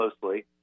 closely